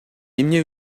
эмне